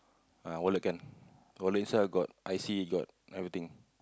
ah wallet can wallet inside got I_C got everything